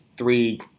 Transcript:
three